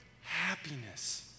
happiness